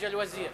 השר הגיע.